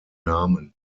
namen